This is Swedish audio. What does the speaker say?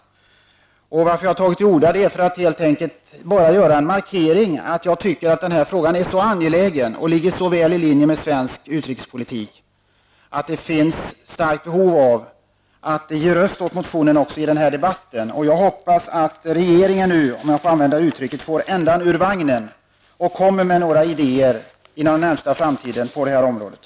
Orsaken till att jag tagit till orda är helt enkelt att jag vill göra en markering att jag anser att den här frågan är så angelägen och ligger så väl i linje med svensk utrikespolitik att det finns ett starkt behov av att ge röst åt motionen också i denna debatt. Jag hoppas att regeringen nu, om jag får använda det uttrycket, får ändan ur vagnen och kommer med några idéer på detta område inom den närmaste framtiden.